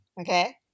Okay